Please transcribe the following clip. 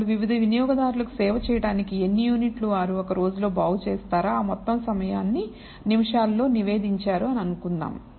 వాళ్లు వివిధ వినియోగదారులకు సేవ చేయడానికి ఎన్ని యూనిట్లు వారు ఒక రోజులో బాగు చేసారో ఆ మొత్తం సమయాన్ని నిమిషాలలో నివేదించారు అనుకుందాం